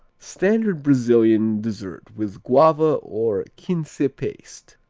standard brazilian dessert with guava or quince paste.